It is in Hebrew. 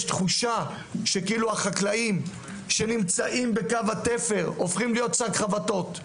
יש תחושה כאילו החקלאים שנמצאים בקו התפר הופכים להיות שק חבטות,